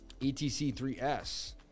ETC3S